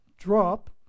drop